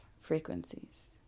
frequencies